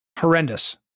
Horrendous